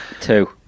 Two